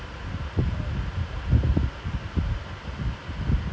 oh this still talking about it everywhere and am sad